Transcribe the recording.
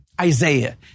Isaiah